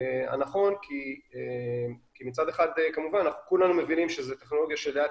הנכון כי מצד אחד כמובן כולנו מבינים שזו טכנולוגיה שלאט